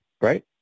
right